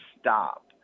stop